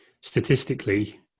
statistically